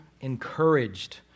encouraged